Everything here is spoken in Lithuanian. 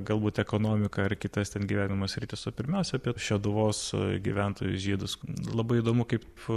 galbūt ekonomiką ar kitas ten gyvenimo sritis o pirmiausia apie šeduvos gyventojus žydus labai įdomu kaip